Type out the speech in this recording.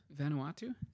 Vanuatu